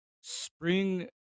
spring